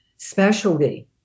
Specialty